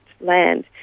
land